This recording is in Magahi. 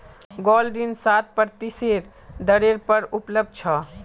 गोल्ड ऋण सात प्रतिशतेर दरेर पर उपलब्ध छ